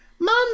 Mom